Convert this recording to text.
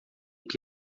que